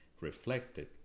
reflected